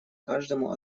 каждому